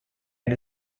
and